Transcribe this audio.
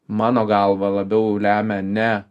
mano galva labiau lemia ne